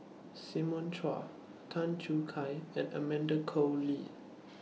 Simon Chua Tan Choo Kai and Amanda Koe Lee